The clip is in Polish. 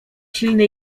silny